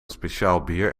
speciaalbier